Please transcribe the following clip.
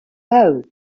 both